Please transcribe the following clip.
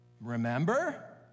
remember